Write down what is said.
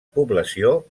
població